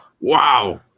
Wow